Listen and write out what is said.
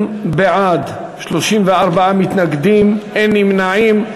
20 בעד, 34 מתנגדים, אין נמנעים.